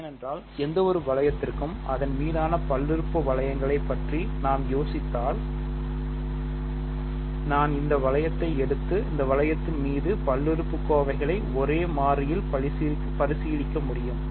ஏனென்றால் எந்தவொரு வளையத்திற்கும் அதன் மீதான பல்லுறுப்புறுப்பு வளையங்களைப் பற்றி நாம் பேசியுள்ளதால் நான் இந்த வளையத்தை எடுத்து இந்த வளையத்தின் மீது பல்லுறுப்புக்கோவைகளை ஒரே மாறியில் பரிசீலிக்க முடியும்